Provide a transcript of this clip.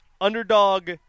underdog